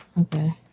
Okay